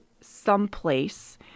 someplace